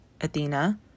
Athena